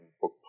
book